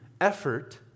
effort